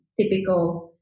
typical